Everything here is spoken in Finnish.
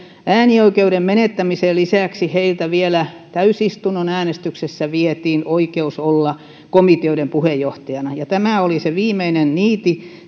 äänioikeuden menettämisen lisäksi heiltä vielä täysistunnon äänestyksessä vietiin oikeus olla komiteoiden puheenjohtajana ja tämä oli se viimeinen niitti